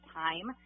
time